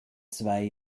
zwei